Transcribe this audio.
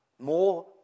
More